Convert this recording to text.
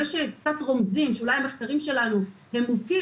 זה שרומזים שאולי המחקרים שלנו הם מוטים